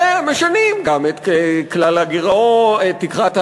ומשנים גם את תקרת ההוצאה,